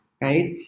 right